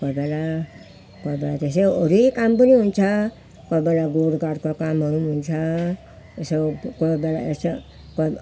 कोही बेला कोही बेला त्यसै अरू कामहरू पनि हुन्छ कोही बेला गोड गाडको कामहरू हुन्छ यसो कुनै बेला यसो कोहीमा